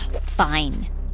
Fine